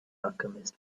alchemist